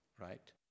right